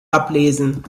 ablesen